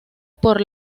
por